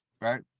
right